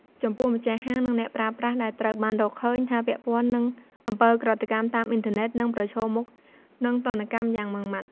ចំពោះម្ចាស់ហាង និងអ្នកប្រើប្រាស់ដែលត្រូវបានរកឃើញថាពាក់ព័ន្ធនឹងអំពើឧក្រិដ្ឋកម្មតាមអ៊ីនធឺណិត នឹង ប្រឈមមុខ នឹង ទណ្ឌកម្មយ៉ាងម៉ឺងម៉ាត់។